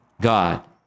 God